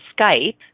Skype